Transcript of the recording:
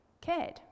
cared